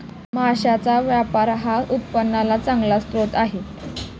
मांसाचा व्यापार हा उत्पन्नाचा चांगला स्रोत आहे